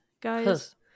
guys